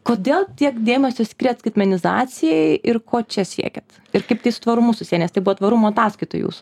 kodėl tiek dėmesio skiriat skaitmenizacijai ir ko čia siekiat ir kaip tai su tvarumu susiję nes tai buvo tvarumo ataskaitoj jūsų